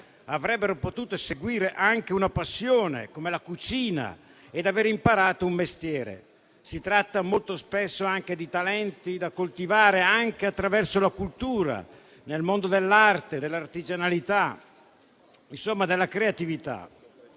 avrebbero potuto seguire una passione come la cucina e imparare un mestiere. Si tratta molto spesso anche di talenti da coltivare attraverso la cultura, nel mondo dell'arte, dell'artigianalità e, insomma, della creatività.